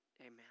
amen